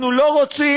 אנחנו לא רוצים,